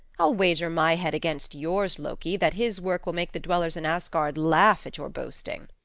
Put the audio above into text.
i'll wager my head against yours, loki, that his work will make the dwellers in asgard laugh at your boasting.